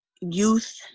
youth